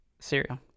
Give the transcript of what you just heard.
Cereal